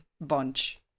bunch